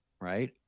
right